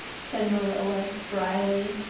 said marilla drily,